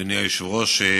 אדוני היושב-ראש,